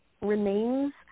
remains